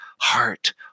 heart